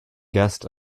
guest